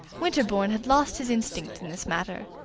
winterbourne had lost his instinct in this matter,